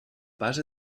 pas